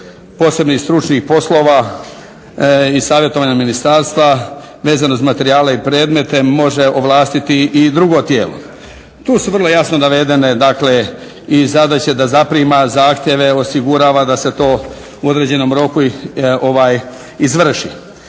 posebnih stručnih poslova i savjetovanja Ministarstva vezano uz materijale i predmete može ovlastiti i drugo tijelo. Tu su vrlo jasno navedene dakle i zadaće da zaprima zahtjeve, osigurava da se to u određenom roku izvrši.